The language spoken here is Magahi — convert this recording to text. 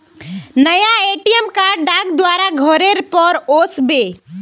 नया ए.टी.एम कार्ड डाक द्वारा घरेर पर ओस बे